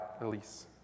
Elise